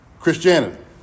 Christianity